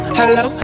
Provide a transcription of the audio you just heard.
Hello